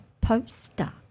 poster